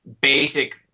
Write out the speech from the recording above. basic